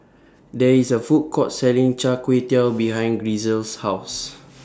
There IS A Food Court Selling Char Kway Teow behind Grisel's House